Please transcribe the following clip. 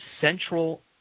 Central